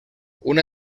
una